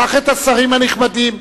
קח את השרים הנחמדים.